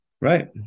Right